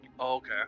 Okay